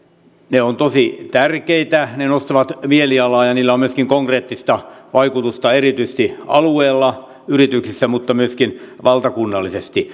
ovat tosi tärkeitä ne nostavat mielialaa ja niillä on myöskin konkreettista vaikutusta erityisesti alueella yrityksissä mutta myöskin valtakunnallisesti